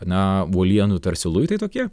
na uolienų tarsi luitai tokie